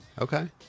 Okay